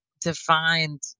defined